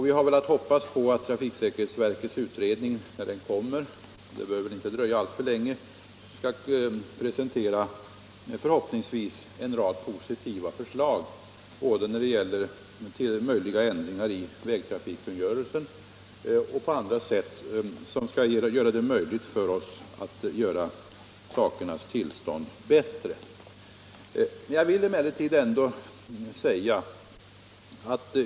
Vi hoppas att trafiksäkerhetsverkets utredning när den kommer — det bör inte dröja alltför länge — skall presentera en rad positiva förslag både när det gäller ändringar i vägtrafikkungörelsen och när det gäller andra åtgärder för att åstadkomma ett bättre sakernas tillstånd.